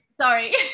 Sorry